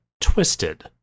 twisted